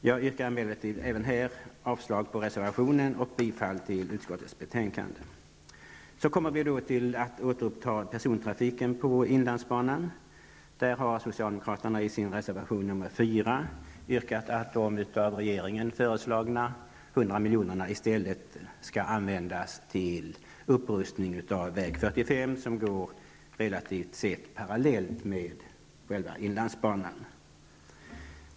Jag yrkar emellertid även avslag på den reservationen och bifall till hemställan i utskottets betänkande. Sedan kommer vi till detta med att återuppta persontrafiken på inlandsbanan. Där har socialdemokraterna i sin reservation nr 4 yrkat att de av regeringen föreslagna 100 milj.kr. i stället skall användas till upprustning av väg 45 som går parallellt med själva inlandsbanan.